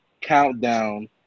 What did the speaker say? countdown